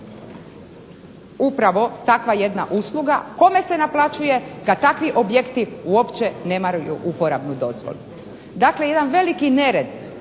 upravo takva jedna usluga. Kome se naplaćuje kad takvi objekti uopće nemaju uporabnu dozvolu? Dakle, jedan veliki nered,